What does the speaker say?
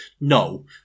No